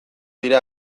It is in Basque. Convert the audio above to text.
dira